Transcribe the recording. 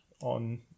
on